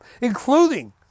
Including